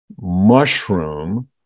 mushroom